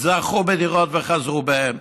זכו בדירות וחזרו בהם,